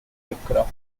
aircraft